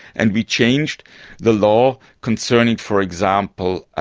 and we changed the law concerning, for example, ah